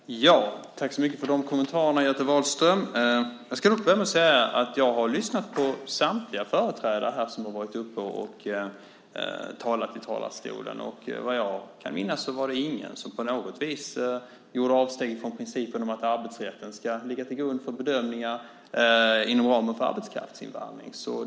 Fru talman! Tack så mycket för de kommentarerna, Göte Wahlström! Jag ska börja med att säga att jag har lyssnat på samtliga företrädare som har talat från talarstolen, och vad jag kan minnas var det ingen som på något vis gjorde avsteg från principen om att arbetsrätten ska ligga till grund för bedömningar inom ramen för arbetskraftsinvandring.